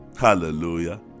Hallelujah